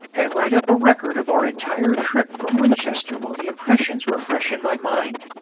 and write up a record of our entire trip from winchester while the impressions were fresh in my mind